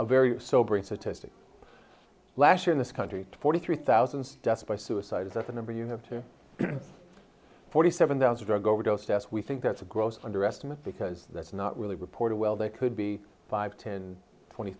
a very sobering statistic last year in this country forty three thousand deaths by suicide is that the number you have to forty seven thousand drug overdose deaths we think that's a gross underestimate because that's not really reported well they could be five ten twenty